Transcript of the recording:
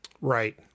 Right